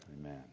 Amen